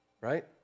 Right